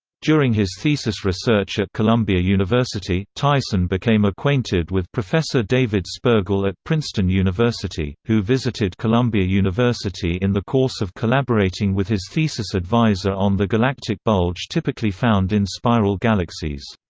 during his thesis research at columbia university, tyson became acquainted with professor david spergel at princeton university, who visited columbia university in the course of collaborating with his thesis advisor on the galactic bulge typically found in spiral galaxies.